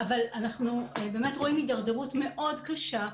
אבל אנחנו באמת רואים הידרדרות מאוד קשה.